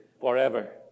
forever